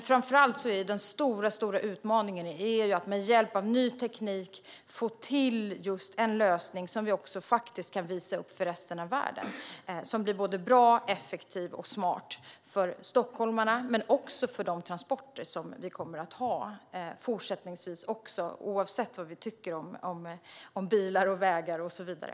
Framför allt är den stora utmaningen att med hjälp av ny teknik få till en lösning som vi kan visa upp för resten av världen som blir både bra, effektiv och smart för stockholmarna och för de transporter som vi fortsättningsvis kommer att ha oavsett vad vi tycker om bilar, vägar och så vidare.